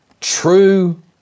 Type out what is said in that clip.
true